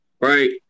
right